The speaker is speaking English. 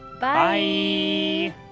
Bye